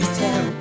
tell